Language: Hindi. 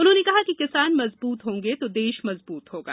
उन्होंने कहा कि किसान मजबूत होंगे तो देश मजबूत होगा